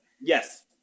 Yes